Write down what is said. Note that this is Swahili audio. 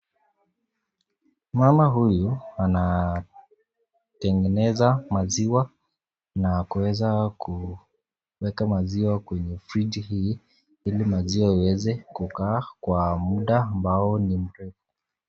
Mama huyu anatengeneza maziwa na kuweza kuweka maziwa kwenye friji hii ili maziwa iweze kukaa kwa muda ambao ni mrefu.